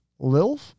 Lilf